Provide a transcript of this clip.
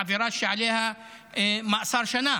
עבירה שעליה מאסר של שנה,